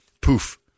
poof